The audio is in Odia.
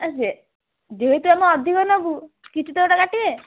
ହଁ ଯେ ଯେହେତୁ ଆମେ ଅଧିକ ନେବୁ କିଛି ତ ଗୋଟେ କାଟିବେ